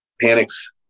panics